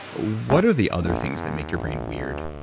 what are the other things that make your brain weird?